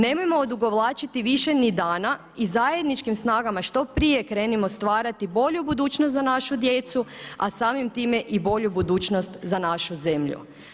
Nemojmo odugovlačiti više ni dana i zajedničkim snagama što prije krenimo stvarati bolju budućnost za našu djecu, a samim time i bolju budućnost za našu zemlju.